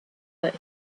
that